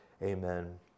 Amen